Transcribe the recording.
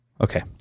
Okay